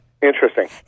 interesting